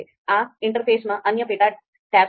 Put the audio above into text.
આ ઇન્ટરફેસમાં અન્ય પેટા ટેબ્સ છે